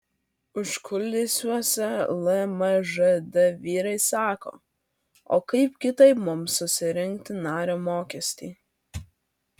užkulisiuose lmžd vyrai sako o kaip kitaip mums surinkti nario mokestį